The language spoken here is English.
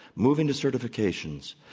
moving to certifications,